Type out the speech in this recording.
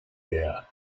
year